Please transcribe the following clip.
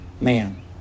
man